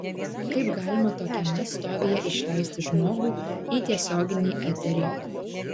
kaip galima tokiame stovyje išleisti žmogų į tiesioginį eterį